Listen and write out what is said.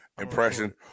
impression